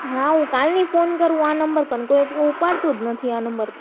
હા હું કાલની ફોન કરું આ નંબર પણ કોઈ ઉપાડતું જ નથી આ નંબર